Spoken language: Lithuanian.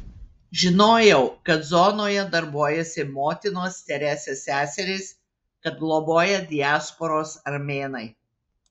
žinojau kad zonoje darbuojasi motinos teresės seserys kad globoja diasporos armėnai